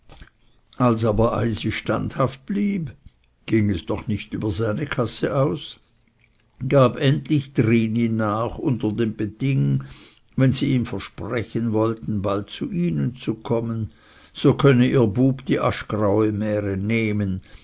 als aber eisi standhaft blieb ging es doch nicht über seine kasse aus gab endlich trini nach unter dem beding wenn sie ihm versprechen wollten bald zu ihnen zu kommen so könne ihr bub die aschgraue mähre nehmen